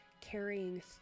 carrying